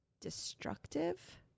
destructive